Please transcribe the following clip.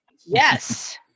Yes